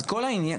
אז כל העניין,